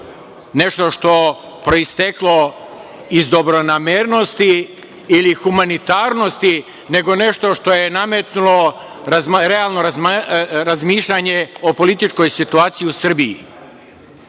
nešto što je proisteklo iz dobronamernosti ili humanitarnosti, nego nešto što je nametnulo realno razmišljanje o političkoj situaciji u Srbiji